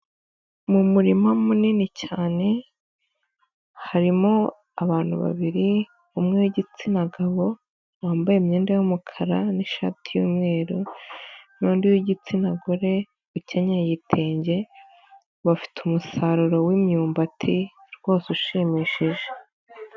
Mu murima munini cyane harimo abantu babiri: Umwe w'igitsina gabo wambaye imyenda umukara, n'ishati y'umweru, n'undi w'igitsina gore ukenyeye igitenge, bafite umusaruro w'imyumbati rwose ushimishije.